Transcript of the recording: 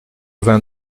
vingt